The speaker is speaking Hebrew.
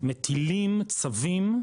מטילים צווים,